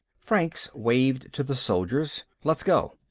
franks waved to the soldiers. let's go.